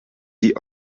die